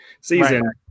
season